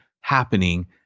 happening